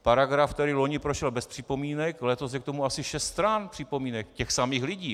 Paragraf tady loni prošel bez připomínek, letos je k tomu asi šest stran připomínek těch samých lidí.